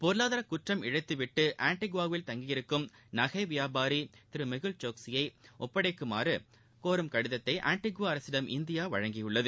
பொருளாதார குற்றம் இழைத்துவிட்டு ஆண்டிகுவாவில் தங்கியிருக்கும் நகை வியாபாரி திரு மெகுல் சோக்சியை ஒப்படைக்குமாறு கோரும் கடிதத்தை ஆண்டிகுவா அரசிடம் இந்தியா வழங்கியுள்ளது